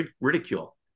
ridicule